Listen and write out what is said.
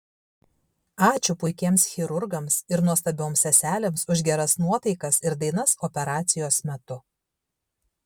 ačiū puikiems chirurgams ir nuostabioms seselėms už geras nuotaikas ir dainas operacijos metu